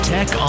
Tech